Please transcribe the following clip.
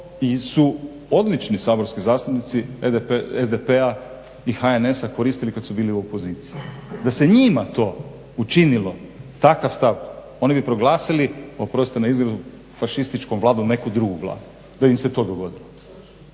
su odlični saborski zastupnici SDP-a i HNS-a koristili kada su bili u opoziciji. Da se njima to učinilo takav stav oni bi proglasili oprostite na izrazu fašističkom vladom neku drugu vladu da im se to dogodilo.